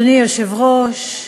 אדוני היושב-ראש,